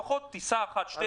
לפחות טיסה אחת או שתיים.